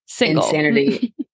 insanity